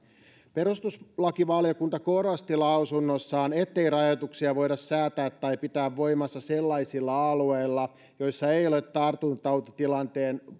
perustuslakivaliokunta korosti lausunnossaan ettei rajoituksia voida säätää tai pitää voimassa sellaisilla alueilla joissa se ei ole tartuntatautitilanteen